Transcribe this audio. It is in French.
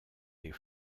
les